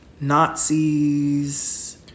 Nazis